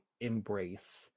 embrace